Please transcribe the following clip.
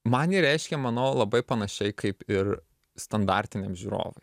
man ji reiškia manau labai panašiai kaip ir standartiniam žiūrovui